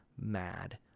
mad